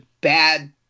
bad